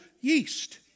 yeast